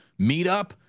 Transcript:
meetup